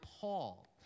Paul